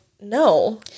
no